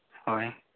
ᱦᱳᱭ